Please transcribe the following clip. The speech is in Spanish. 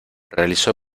realizó